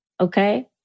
Okay